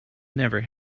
never